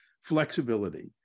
flexibility